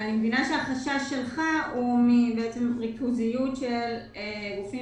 אני מבינה שהחשש שלך הוא מריכוזיות של גופים